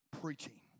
preaching